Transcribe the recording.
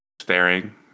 staring